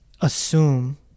assume